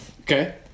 Okay